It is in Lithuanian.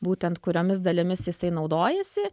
būtent kuriomis dalimis jisai naudojasi